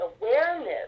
awareness